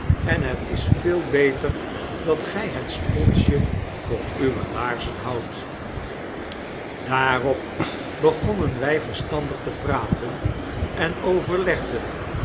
en het is veel beter dat gy het sponsje voor uwe laarzen houdt daarop begonnen wij verstandig te praten en overlegden